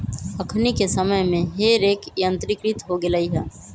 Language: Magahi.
अखनि के समय में हे रेक यंत्रीकृत हो गेल हइ